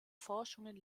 forschungen